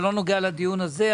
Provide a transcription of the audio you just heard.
זה לא נוגע לדיון הזה,